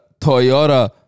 Toyota